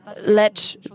let